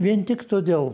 vien tik todėl